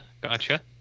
gotcha